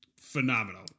phenomenal